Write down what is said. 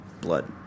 blood